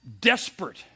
desperate